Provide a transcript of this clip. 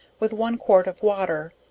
with one quart of water,